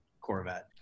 Corvette